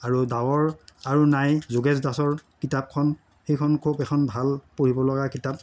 আৰু ডাৱৰ আৰু নাই যোগেশ দাসৰ কিতাপখন সেইখন এখন খুব ভাল পঢ়িব লগা কিতাপ